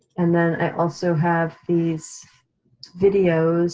and then, i also have these videos